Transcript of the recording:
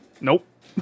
Nope